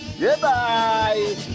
Goodbye